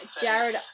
Jared